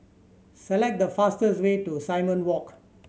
select the fastest way to Simon Walk